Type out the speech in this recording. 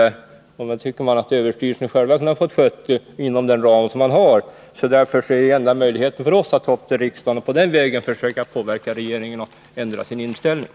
Jag tycker att överstyrelsen själv borde ha fått handlägga ärendet inom ramen för sin verksamhet. Enda möjligheten är då att ta upp frågan i riksdagen och på den vägen försöka påverka regeringen att ändra sin inställning.